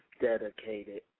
dedicated